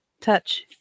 touch